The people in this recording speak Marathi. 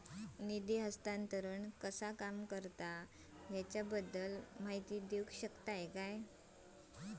निधी हस्तांतरण कसा काम करता ह्याच्या बद्दल माहिती दिउक शकतात काय?